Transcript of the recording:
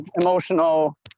emotional